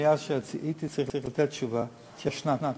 מאז שהייתי צריך לתת תשובה, התיישנה קצת.